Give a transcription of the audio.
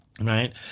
right